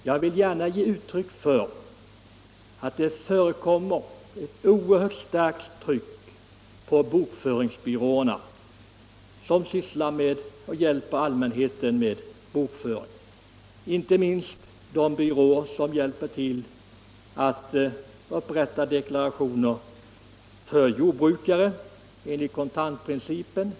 Jag vill gärna ge uttryck för att det förekommer ett oerhört starkt tryck på bokföringsbyråerna som hjälper allmänheten med bokföring, inte minst de byråer som hjälper till med att upprätta deklarationer för jordbrukare enligt kontantprincipen.